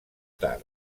tard